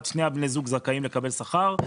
שני בני הזוג זכאים לקבל שכר.